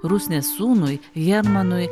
rusnės sūnui hermanui